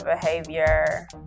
behavior